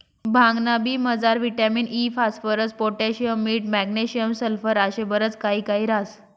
भांगना बी मजार विटामिन इ, फास्फरस, पोटॅशियम, मीठ, मॅग्नेशियम, सल्फर आशे बरच काही काही ह्रास